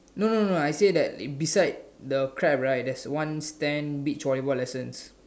no no no I say that beside the crab right there's one stand beach volleyball lessons